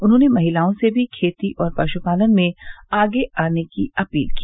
उन्होंने महिलाओं से भी खेती और पश्पालन में आगे आने की अपील की